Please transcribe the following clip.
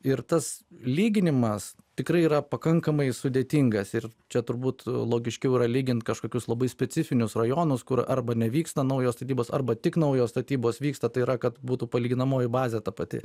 ir tas lyginimas tikrai yra pakankamai sudėtingas ir čia turbūt logiškiau yra lygint kažkokius labai specifinius rajonus kur arba nevyksta naujos statybos arba tik naujos statybos vyksta tai yra kad būtų palyginamoji bazė ta pati